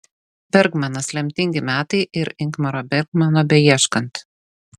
bergmanas lemtingi metai ir ingmaro bergmano beieškant